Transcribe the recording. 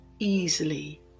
Easily